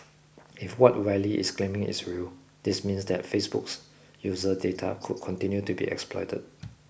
if what Wylie is claiming is real this means that Facebook's user data could continue to be exploited